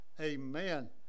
Amen